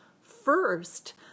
First